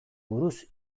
buruz